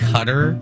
Cutter